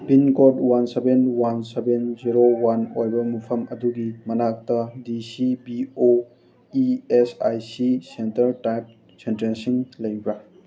pin code one seven one seven zero one ꯑꯣꯏꯕ ꯃꯐꯝ ꯑꯗꯨꯒꯤ ꯃꯅꯥꯛꯇ D C P O E S I C centre type ꯁꯦꯟꯇꯔꯦꯟꯁꯤꯡ ꯂꯩꯕꯤꯕ꯭ꯔꯥ